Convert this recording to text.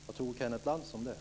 Vad tror Kenneth Lantz om det?